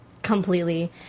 Completely